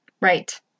Right